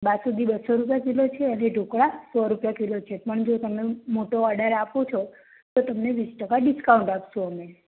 બાસુંદી બસો રૂપિયા કિલો છે અને ઢોકળા સો રૂપિયા કિલો છે પણ જો તમે મોટો ઓર્ડર આપો છો તો તમને વીસ ટકા ડિસ્કાઉન્ટ આપશું અમે